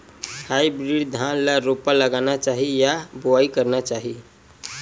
Hybrid धान ल रोपा लगाना चाही या बोआई करना चाही?